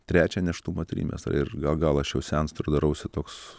trečią nėštumo trimestrą ir gal gal aš jau senstu ir darausi toks